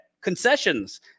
concessions